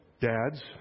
dads